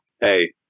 hey